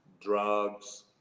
drugs